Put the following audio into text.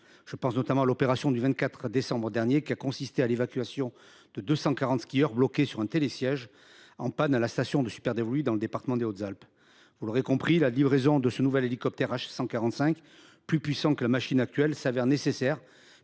Je pense ainsi à l’opération du 24 décembre dernier, l’évacuation de 240 skieurs bloqués sur un télésiège en panne à la station de Superdévoluy dans le département des Hautes Alpes. Vous l’aurez compris, la livraison de ce nouvel hélicoptère H145, plus puissant que la machine actuelle, est nécessaire